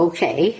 Okay